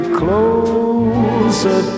closer